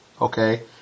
okay